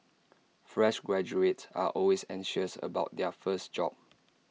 fresh graduates are always anxious about their first job